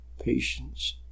patience